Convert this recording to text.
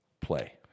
play